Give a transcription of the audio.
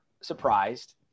surprised